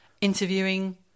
interviewing